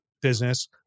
business